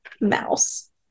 Mouse